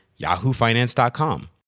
yahoofinance.com